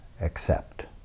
accept